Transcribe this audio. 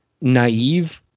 naive